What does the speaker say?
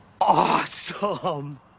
awesome